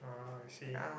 uh I see